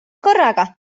korraga